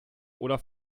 oder